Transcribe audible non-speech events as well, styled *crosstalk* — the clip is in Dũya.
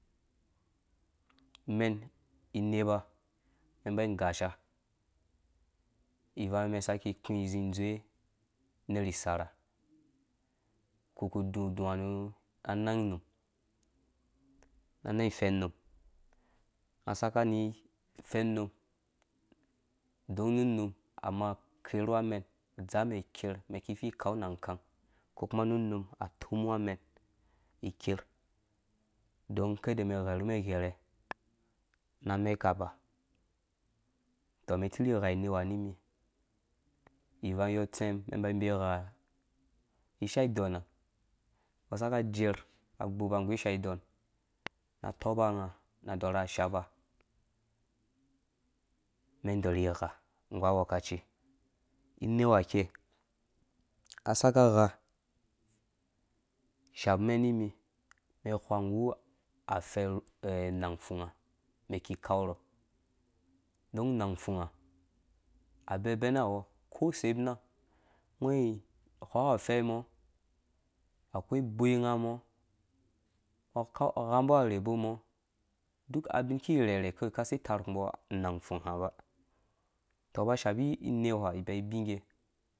Mɛn ineba mɛn mba gasha ivangyɔ mi saki kũ zi dzowe nerh isarhe wuku doduwa nan unum na nang ifɛnnum amaa kerhu wamɛn dza mɛn iker mɛn ki vii kau naakang ko kuma nu num a tomuwa mɛn iker don kada mɛn gharhumɛn ighɛrɛ na amɛ ka ba tɔmen tirhi gha ineu ha ni mi ivanggɔ utsemum mɛn ba bee gha ishaa idɔnha na tɔba nga na shaba mɛn dɔrhi gha nggu agwhekaci ineuha ikɛr a saka gha shapu mɛn ni mi wha nggu afɛ *hesitation* nang ifumha mɛn ki kau don nang fumha awu bɛbɛna wɔ kɔ sebina ngɔ iwhaɔ afɛm, akwai boi nga mɔ gha mbɔ arhebo mɔ duk abin ki rherhɛ kawei kasi tarh kumbɔ anang fumha ba. *unintelligible*